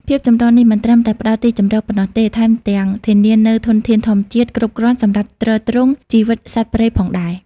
ភាពចម្រុះនេះមិនត្រឹមតែផ្តល់ទីជម្រកប៉ុណ្ណោះទេ ថែមទាំងធានានូវធនធានធម្មជាតិគ្រប់គ្រាន់សម្រាប់ទ្រទ្រង់ជីវិតសត្វព្រៃផងដែរ។